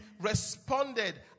responded